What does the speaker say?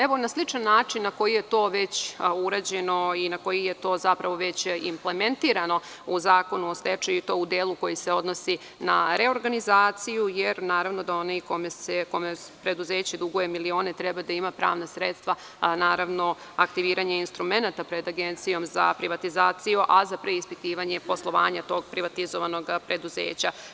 Evo, na sličan način na koji je već urađeno i na koji je to već implementirano u Zakonu o stečaju i to u delu koji se odnosi na reorganizaciju, jer naravno da onaj kome preduzeće duguje milione treba da ima pravno sredstvo, naravno, aktiviranje instrumenata pred Agencijom za privatizaciju, a za preispitivanje poslovanja tog privatizovanog preduzeća.